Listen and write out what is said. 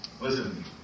Listen